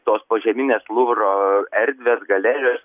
tos požeminės luvro erdvės galerijos